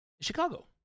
Chicago